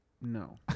No